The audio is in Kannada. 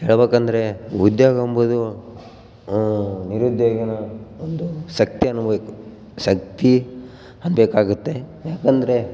ಹೇಳ ಬೇಕಂದರೆ ಉದ್ಯೋಗ ಅಂಬೋದು ನಿರುದ್ಯೋಗಿನ ಒಂದು ಶಕ್ತಿ ಅನ್ನಬೇಕು ಶಕ್ತಿ ಅನ್ನಬೇಕಾಗುತ್ತೆ ಯಾಕಂದರೆ